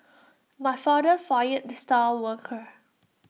my father fired the star worker